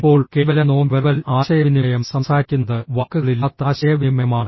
ഇപ്പോൾ കേവലം non verbal ആശയവിനിമയം സംസാരിക്കുന്നത് വാക്കുകളില്ലാത്ത ആശയവിനിമയമാണ്